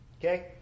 Okay